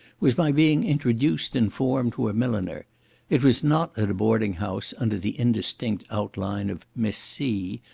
was my being introduced in form to a milliner it was not at a boarding-house, under the indistinct outline of miss c,